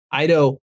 Ido